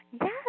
yes